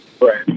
Right